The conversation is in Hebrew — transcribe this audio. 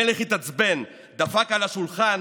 המלך התעצבן, דפק על השולחן,